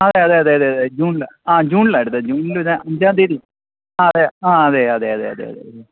അതെ അതെയതെയതെ അതെ ജൂണില് ആ ജൂണിലാണ് എടുത്തത് ജൂണില് ഒരു അഞ്ചാം തീയതി ആ അതെ ആ അതെ അതെ അതെ അതെ അതെതെ